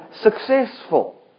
successful